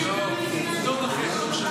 לא משנה.